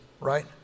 right